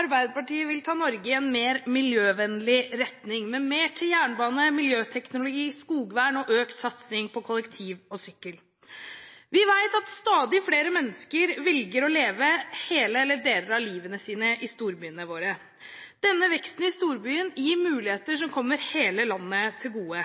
Arbeiderpartiet vil ta Norge i en mer miljøvennlig retning, med mer til jernbane, miljøteknologi, skogvern og økt satsing på kollektivtransport og sykkel. Vi vet at stadig flere mennesker velger å leve hele eller deler av livet sitt i storbyene våre. Denne veksten i storbyene gir muligheter som kommer hele landet til gode.